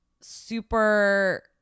super